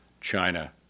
China